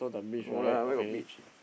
no lah where got beach